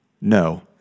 No